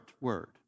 word